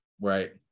right